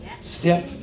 Step